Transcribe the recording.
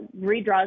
redraws